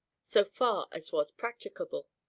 so far as was practicable.